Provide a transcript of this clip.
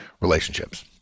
relationships